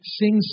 sing